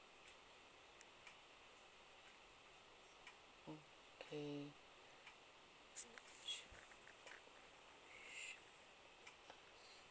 okay sure